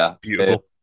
beautiful